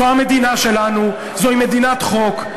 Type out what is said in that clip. זאת המדינה שלנו, זאת מדינת חוק.